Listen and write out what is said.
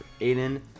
aiden